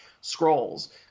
Scrolls